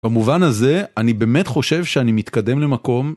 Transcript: במובן הזה, אני באמת חושב שאני מתקדם למקום.